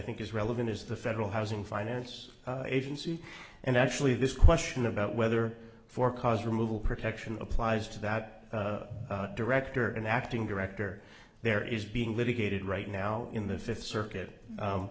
think is relevant is the federal housing finance agency and actually this question about whether for cause removal protection applies to that director an acting director there is being litigated right now in the fifth circuit